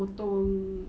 potong